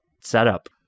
setup